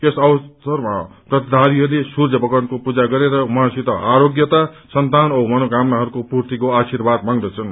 यस पर्वमा व्रतधारीहरूले सूर्य भगवानको पूजा गरेर उहाँसित आरोग्यता सन्तान अनि मनोकामनाहरूको पूर्तिको आशीर्वाद माग्दछन्